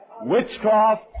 witchcraft